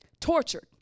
tortured